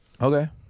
Okay